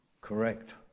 correct